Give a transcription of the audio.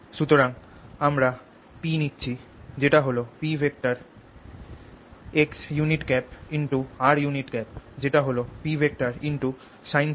সুতরাং আমরা P নিচ্ছি যেটা হল P xr যেটা হল P sinθ cosineՓ